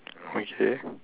okay